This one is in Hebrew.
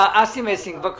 אסי מסינג, בבקשה.